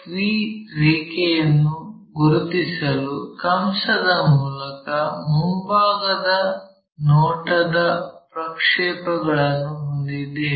V ರೇಖೆಯನ್ನು ಗುರುತಿಸಲು ಕಂಸದ ಮೂಲಕ ಮುಂಭಾಗದ ನೋಟದ ಪ್ರಕ್ಷೇಪಗಳನ್ನು ಹೊಂದಿದ್ದೇವೆ